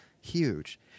Huge